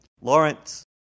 Lawrence